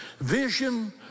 Vision